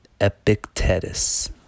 Epictetus